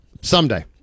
Someday